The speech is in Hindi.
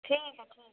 ठीक है ठीक